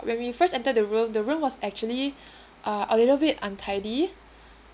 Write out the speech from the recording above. when we first entered the room the room was actually uh a little bit untidy